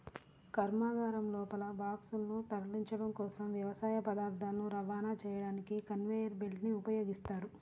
కర్మాగారం లోపల బాక్సులను తరలించడం కోసం, వ్యవసాయ పదార్థాలను రవాణా చేయడానికి కన్వేయర్ బెల్ట్ ని ఉపయోగిస్తారు